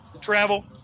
travel